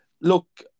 Look